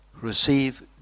receive